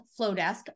Flowdesk